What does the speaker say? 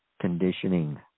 Conditioning